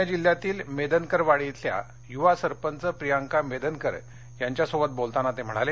पूणे जिल्ह्यातील मेदनकरवाडी इथल्या युवा सरपंच प्रियांका मेदनकर यांच्यासोबत बोलताना ते म्हणाले